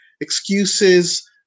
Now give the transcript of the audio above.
Excuses